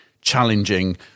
challenging